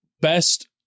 best